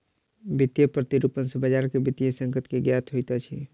वित्तीय प्रतिरूपण सॅ बजार के वित्तीय संकट के ज्ञात होइत अछि